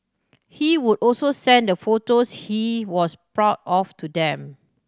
he would also send the photos he was proud of to them